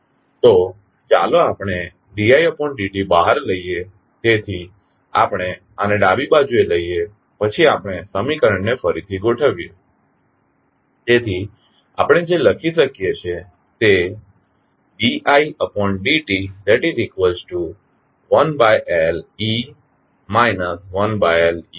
તો ચાલો આપણે d itd t બહાર લઈએ તેથી આપણે આને ડાબી બાજુએ લઈએ પછી આપણે સમીકરણને ફરીથી ગોઠવીએ તેથી આપણે જે લખી શકીએ તે d id t1Let 1Lec RLi છે જે આપણે લખી શકીએ છીએ